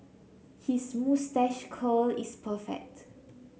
his moustache curl is perfect